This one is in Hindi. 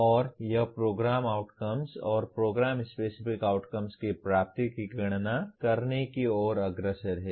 और यह प्रोग्राम आउटकम्स और प्रोग्राम स्पेसिफिक आउटकम्स की प्राप्ति की गणना करने की ओर अग्रसर है